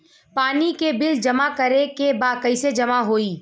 पानी के बिल जमा करे के बा कैसे जमा होई?